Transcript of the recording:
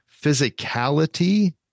physicality